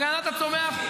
הגנת הצומח,